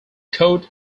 coat